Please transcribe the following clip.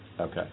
Okay